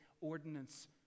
ordinance